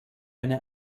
eine